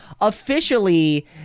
officially